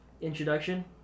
introduction